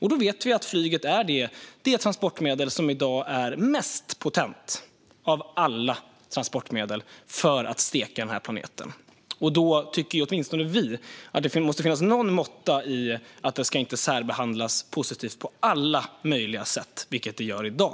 Vi vet att flyget är det transportmedel som i dag är mest potent av alla för att steka den här planeten. Då tycker åtminstone vi att det måste finnas någon måtta i att särbehandla det positivt på alla möjliga sätt, vilket man gör i dag.